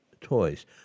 toys